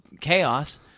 chaos